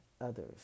others